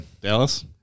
Dallas